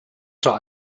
zur